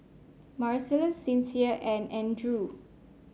Marcellus Sincere and Andrew